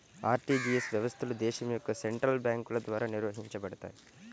RTGS వ్యవస్థలు దేశం యొక్క సెంట్రల్ బ్యేంకుల ద్వారా నిర్వహించబడతయ్